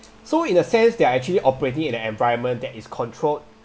so in a sense they are actually operating in an environment that is controlled